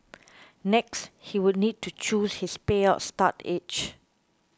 next he would need to choose his payout start age